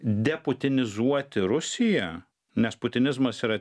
deputinizuoti rusiją nes putinizmas yra